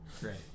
great